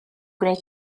gwneud